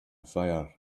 fire